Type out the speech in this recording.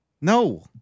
No